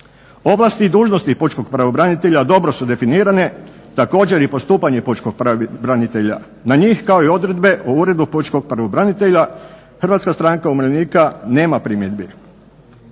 Ovlasti i dužnosti pučkog pravobranitelja dobro su definirane, također i postupanje pučkog pravobranitelja na njih kao i odredbe o Uredu pučkog pravobranitelja, HSU-a nema primjedbi.